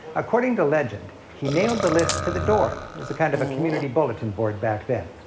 according to legend, he nailed the list to the door. it was a kind of community bulletin board back then.